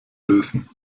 lösen